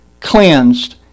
cleansed